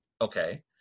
Okay